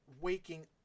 waking